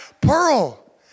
pearl